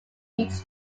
each